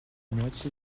moitié